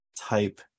type